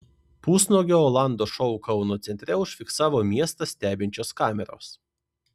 pusnuogio olando šou kauno centre užfiksavo miestą stebinčios kameros